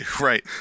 Right